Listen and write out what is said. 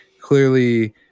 clearly